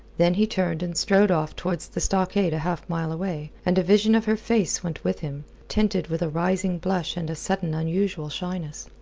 then he turned and strode off towards the stockade a half-mile away, and a vision of her face went with him, tinted with a rising blush and a sudden unusual shyness.